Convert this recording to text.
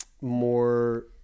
more